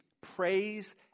praise